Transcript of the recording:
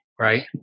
Right